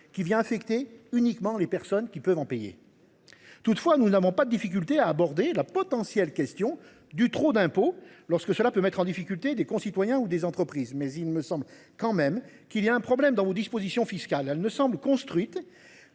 qui vient affecter uniquement les personnes qui peuvent en payer. Toutefois, nous n'avons pas de difficulté à aborder la potentielle question du trop d'impôts lorsque cela peut mettre en difficulté des concitoyens ou des entreprises mais il me semble quand même qu'il y a un problème dans vos dispositions fiscales, elle ne semble construite.